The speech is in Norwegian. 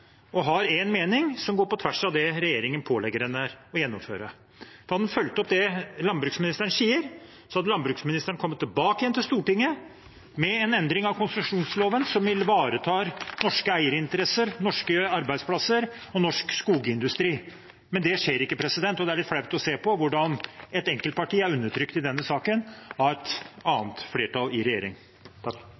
og har én mening som går på tvers av det regjeringen pålegger henne å gjennomføre. Hadde man fulgt opp det landbruksministeren sier, hadde landbruksministeren kommet tilbake til Stortinget med en endring av konsesjonsloven som vil ivareta norske eierinteresser, norske arbeidsplasser og norsk skogindustri. Men det skjer ikke, og det er litt flaut å se på hvordan et enkeltparti i denne saken er undertrykt av et annet flertall i regjering.